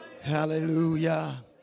hallelujah